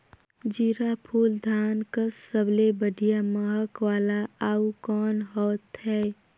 जीराफुल धान कस सबले बढ़िया महक वाला अउ कोन होथै?